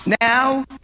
Now